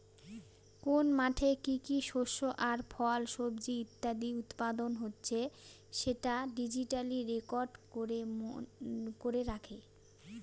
কোন মাঠে কি কি শস্য আর ফল, সবজি ইত্যাদি উৎপাদন হচ্ছে সেটা ডিজিটালি রেকর্ড করে রাখে